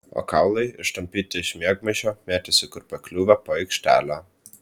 o kaulai ištampyti iš miegmaišio mėtėsi kur pakliūva po aikštelę